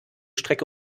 strecke